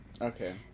Okay